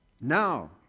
Now